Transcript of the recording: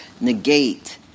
negate